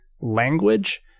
language